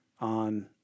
on